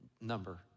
number